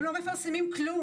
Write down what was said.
אתם לא מפרסמים כלום.